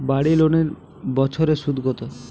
বাড়ি লোনের বছরে সুদ কত?